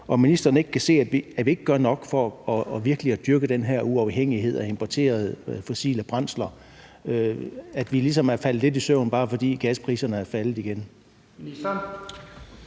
om ministeren ikke kan se, at vi ikke gør nok for virkelig at dyrke den her uafhængighed af importerede, fossile brændsler, at vi ligesom er faldet lidt i søvn, bare fordi gaspriserne er faldet igen.